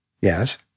Yes